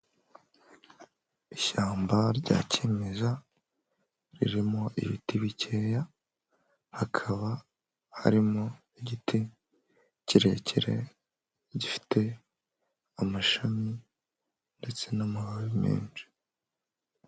Ishyamba rya kimeza, ririmo ibiti bikeya hakaba harimo igiti kirekire, gifite amashami ndetse n'amababi menshi.